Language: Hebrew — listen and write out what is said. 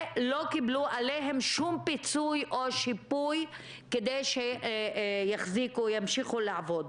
ולא קיבלו עליהן שום פיצוי או שיפוי כדי שיחזיקו וימשיכו לעבוד.